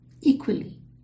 equally